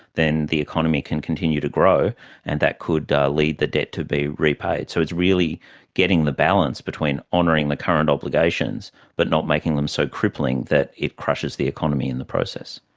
then the economy can continue to grow and that could lead the debt to be repaid. so it's really getting the balance between honouring the current obligations but not making them so crippling that it crushes the economy in the process.